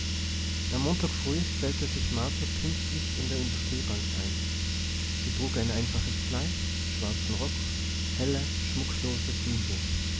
am montag früh stellte sich martha pünktlich in der industriebank ein sie trug ein einfaches kleid schwarzen rock helle schmucklose bluse